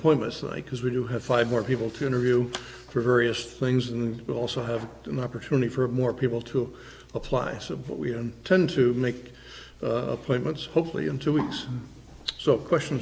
appointments like because we do have five more people to interview for various things and we also have an opportunity for more people to apply so what we tend to make appointments hopefully in two weeks so question